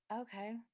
Okay